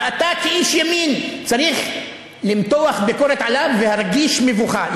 ואתה כאיש ימין צריך למתוח ביקורת עליו ולהרגיש מבוכה,